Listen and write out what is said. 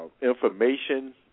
information